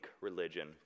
Religion